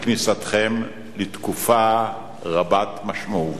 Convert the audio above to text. בכניסתכם לתקופה רבת משמעות.